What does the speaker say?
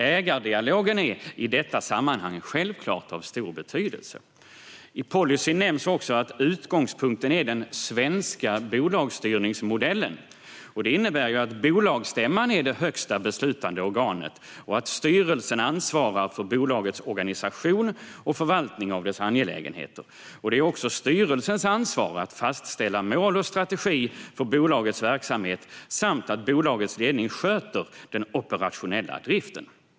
Ägardialogen är i detta sammanhang självklart av stor betydelse. I policyn nämns också att utgångspunkten är den svenska bolagsstyrningsmodellen. Det innebär att bolagsstämman är det högsta beslutande organet och att styrelsen ansvarar för bolagets organisation och förvaltning av dess angelägenheter. Det är också styrelsens ansvar att fastställa mål och strategi för bolagets verksamhet samt att bolagets ledning sköter den operationella driften.